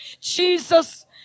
Jesus